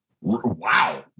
Wow